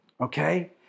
okay